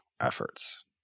efforts